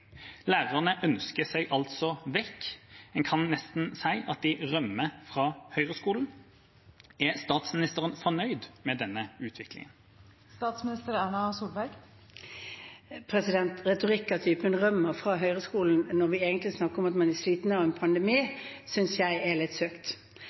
Lærerne ønsker seg altså vekk – en kan nesten si at de rømmer fra høyreskolen. Er statsministeren fornøyd med denne utviklingen? Retorikk av typen «rømmer fra høyreskolen» når vi egentlig snakker om at man er sliten av en